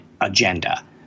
agenda